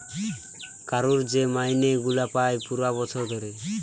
কারুর যে মাইনে গুলা পায় পুরা বছর ধরে